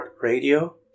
Radio